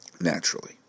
naturally